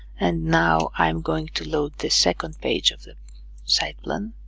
and now i'm going to load the second page of the site plan